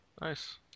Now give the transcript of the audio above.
Nice